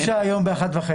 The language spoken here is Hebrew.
יש פגישה היום ב-13:30.